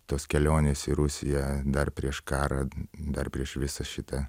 tos kelionės į rusiją dar prieš karą dar prieš visą šitą